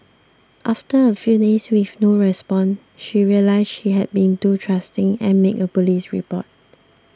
after a few days with no response she realised she had been too trusting and made a police report